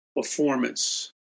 performance